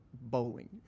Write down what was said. bowling